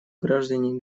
граждане